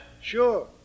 Sure